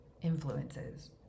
influences